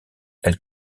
elle